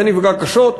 זה נפגע קשות,